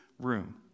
room